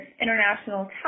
international